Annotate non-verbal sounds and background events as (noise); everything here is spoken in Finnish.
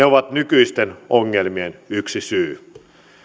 (unintelligible) ovat nykyisten ongelmien yksi syy